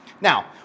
Now